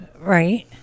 Right